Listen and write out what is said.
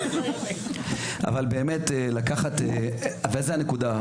אבל זו הנקודה.